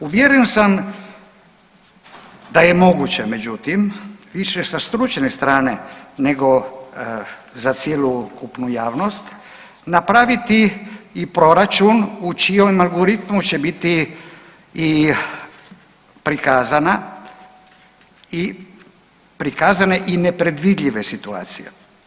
Uvjeren sam da je moguće, međutim više sa stručne strane nego za cjelokupnu javnost napraviti i proračun u čijem algoritmu će biti i prikazane i nepredvidljive situacije.